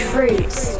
Fruits